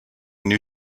new